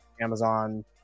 Amazon